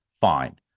Fine